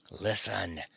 Listen